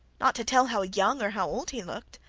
not to tell how young or how old he looked.